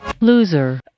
Loser